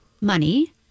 money